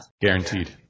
Guaranteed